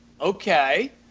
okay